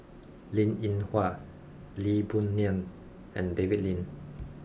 Linn In Hua Lee Boon Ngan and David Lim